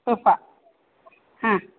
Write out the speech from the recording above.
sofa